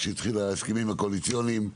כשהתחילו ההסכמים הקואליציוניים,